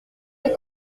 des